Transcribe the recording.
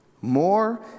More